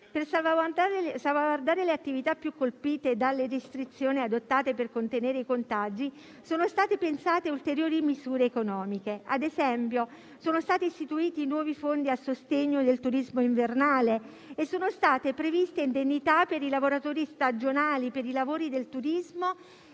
Per salvaguardare le attività più colpite dalle restrizioni adottate per contenere i contagi, sono state pensate ulteriori misure economiche; ad esempio, sono stati istituiti nuovi fondi a sostegno del turismo invernale e sono state previste indennità per i lavoratori stagionali, per i lavoratori del turismo